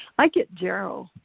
i get jarrow.